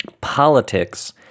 Politics